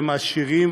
שמעשירים